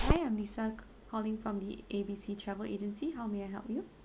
hi I'm lisa calling from the A B C travel agency how may I help you